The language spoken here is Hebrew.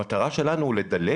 המטרה שלנו היא לדלל